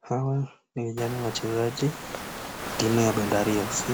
Hawa ni vijana wachezaji ya timu ya Bandari fc